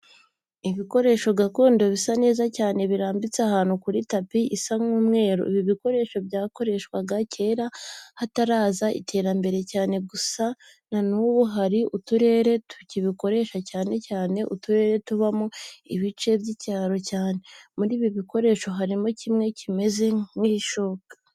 Ibikoresho gakondo bisa neza cyane birambitse ahantu kuri tapi isa nk'umweru. Ibi bikoresho byakoreshwaga kera hataraza iterambere cyane gusa na n'ubu hari uturere tukibikoresha cyane cyane uturere tubamo ibice by'icyaro cyane. Muri ibi bikoresho harimo kimwe kimeze nk'ishoka.